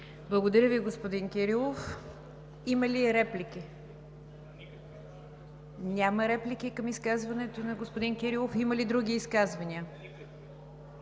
Благодаря Ви, господин Кирилов. Има ли реплики? Няма реплики към изказването на господин Кирилов. Има ли други изказвания?